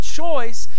choice